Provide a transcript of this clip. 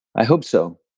i hope so.